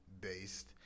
based